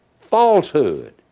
falsehood